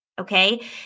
okay